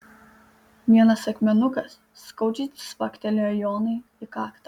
vienas akmenukas skaudžiai cvaktelėjo jonui į kaktą